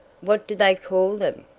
what do they call them?